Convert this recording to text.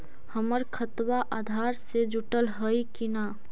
हमर खतबा अधार से जुटल हई कि न?